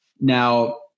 Now